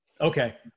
Okay